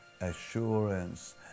assurance